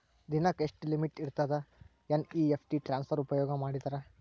ದಿನಕ್ಕ ಎಷ್ಟ ಲಿಮಿಟ್ ಇರತದ ಎನ್.ಇ.ಎಫ್.ಟಿ ಟ್ರಾನ್ಸಫರ್ ಉಪಯೋಗ ಮಾಡಿದರ?